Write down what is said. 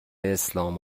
اسلام